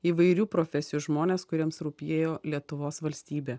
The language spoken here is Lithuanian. įvairių profesijų žmonės kuriems rūpėjo lietuvos valstybė